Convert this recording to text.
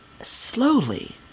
slowly